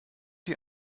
die